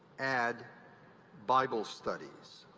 add bible studies.